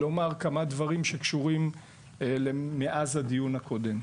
אני רוצה לומר כמה דברים שקשורים לדיון הקודם: